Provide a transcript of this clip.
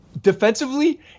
defensively